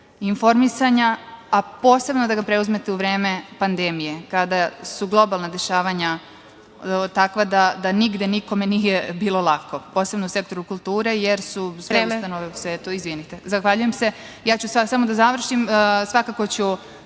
informisanja, a posebno da ga preuzmete u vreme pandemije, kada su globalna dešavanja takva da nigde nikome nije bilo lako, posebno sektoru kulture, jer su sve ustanove u svetu…(Predsedavajuća: Vreme.)Izvinite, samo da završim. Svakako ću